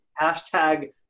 #hashtag